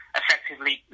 effectively